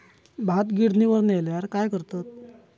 भात गिर्निवर नेल्यार काय करतत?